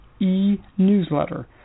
e-newsletter